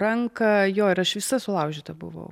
ranką jo ir aš visa sulaužyta buvau